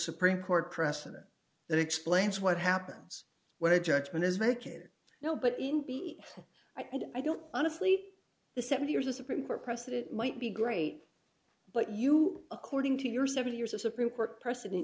supreme court precedent that explains what happens when i judgement is vacated now but in b i don't honestly the seventy years the supreme court precedent might be great but you according to your several years of supreme court precedent